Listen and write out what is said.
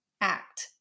act